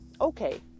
okay